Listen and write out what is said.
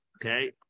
Okay